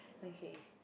okay